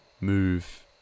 move